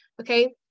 okay